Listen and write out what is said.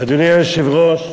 אדוני היושב-ראש,